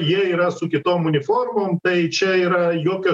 jie yra su kitom uniformom tai čia yra jokio